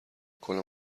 کنم